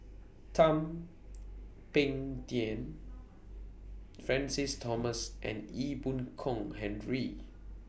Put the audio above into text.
Thum Ping Tjin Francis Thomas and Ee Boon Kong Henry